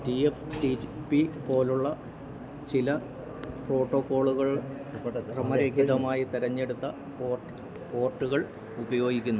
T F T P പോലെയുള്ള ചില പ്രോട്ടോക്കോളുകൾ ക്രമരഹിതമായി തിരഞ്ഞെടുത്ത പോർ പോർട്ടുകൾ ഉപയോഗിക്കുന്നു